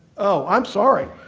oh, i'm sorry.